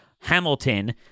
Hamilton